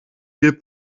viel